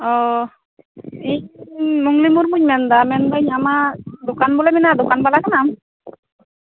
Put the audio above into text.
ᱚᱸᱻ ᱤᱧ ᱢᱩᱜᱽᱞᱤ ᱢᱩᱨᱢᱩᱧ ᱢᱮᱱᱫᱟ ᱢᱮᱱᱫᱟᱹᱧ ᱟᱢᱟᱜ ᱫᱚᱠᱟᱱ ᱵᱚᱞᱮ ᱢᱮᱱᱟᱜᱼᱟ ᱫᱚᱠᱟᱱ ᱵᱟᱞᱟ ᱠᱟᱱᱟᱢ